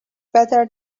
better